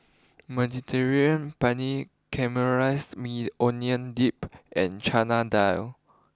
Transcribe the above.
Mediterranean Penne Caramelized Maui Onion Dip and Chana Dal